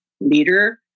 leader